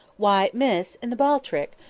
why, miss, in the ball trick,